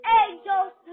angels